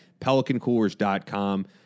PelicanCoolers.com